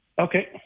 Okay